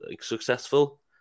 successful